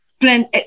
plan